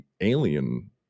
alien